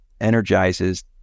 energizes